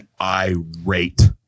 irate